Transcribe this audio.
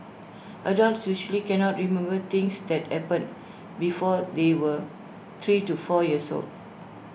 adults usually cannot remember things that happened before they were three to four years old